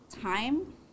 time